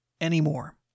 anymore